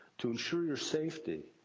to ensure your safety,